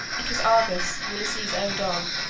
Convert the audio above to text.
it was argus, ulysses' own dog,